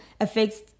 affects